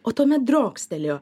o tuomet driokstelėjo